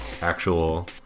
Actual